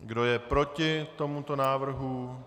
Kdo je proti tomuto návrhu?